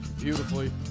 beautifully